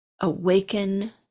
awaken